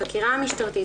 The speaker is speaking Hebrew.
החקירה המשטרתית,